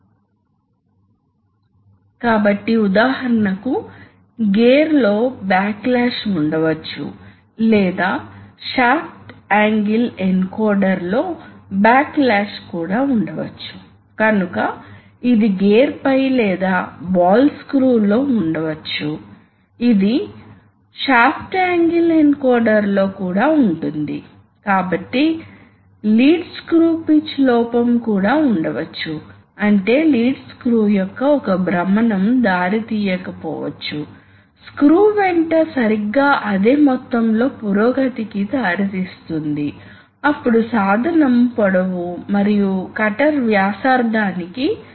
ఇక్కడ ఎటువంటి ప్రెజర్ లేదు కాబట్టి ఇక్కడ ప్రెజర్ లేనప్పుడు ఇది వాస్తవానికి ఇక్కడ ఉంది ఈ పైలట్ కూడా ఎగ్జాస్ట్ తో అనుసంధానించబడి ఉంది ఇప్పుడు ఇది ప్రారంభం అనుకుందాం PB నొక్కినప్పుడు అది వెంటనే ఈ పెట్టెలో ఉంటుంది కాబట్టి వెంటనే ఈ ప్రెజర్ దీని ద్వారా వర్తించబడుతుంది ఈ షటిల్ కదులుతుంది ఇది షటిల్ వాల్వ్ ఈ షటిల్ నొక్కబడుతుంది మరియు గాలి దీని గుండా ప్రవహిస్తుంది మరియు ప్రెజర్ ని సృష్టిస్తుంది అది ప్రెషర్ ని సృష్టించే క్షణం ఈ వాల్వ్ మారి ఈ స్థానానికి వస్తుంది